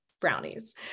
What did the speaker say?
brownies